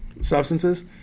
substances